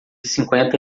cinquenta